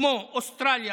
כמו אוסטרליה,